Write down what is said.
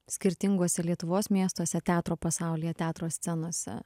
skirtinguose lietuvos miestuose teatro pasaulyje teatro scenose